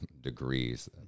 degrees